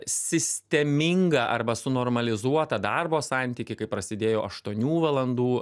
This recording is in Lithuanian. sistemingą arba sunormalizuotą darbo santykį kai prasidėjo aštuonių valandų